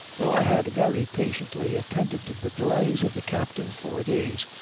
though i had very patiently attended the delays of the captain four days,